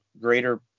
greater